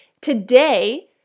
today